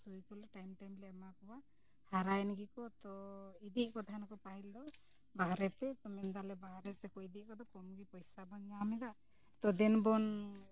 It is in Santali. ᱥᱩᱭ ᱠᱚᱞᱮ ᱴᱟᱭᱤᱢ ᱴᱟᱭᱤᱢ ᱞᱮ ᱮᱢᱟ ᱠᱚᱣᱟ ᱦᱟᱨᱟᱭᱮᱱ ᱜᱮᱠᱚ ᱛᱚ ᱤᱫᱤᱭᱮᱫ ᱠᱚ ᱛᱟᱦᱮᱱᱟᱠᱚ ᱯᱟᱹᱦᱤᱞ ᱫᱚ ᱵᱟᱦᱨᱮᱛᱮ ᱛᱚ ᱢᱮᱱ ᱫᱟᱞᱮ ᱵᱟᱨᱦᱮ ᱛᱮᱠᱚ ᱤᱫᱤᱭᱮᱫ ᱠᱚᱫᱚ ᱠᱚᱢᱜᱮ ᱯᱚᱭᱥᱟ ᱵᱚᱱ ᱧᱟᱢᱮᱫᱟ ᱛᱚ ᱫᱮᱱᱵᱚᱱ